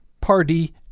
Party